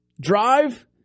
drive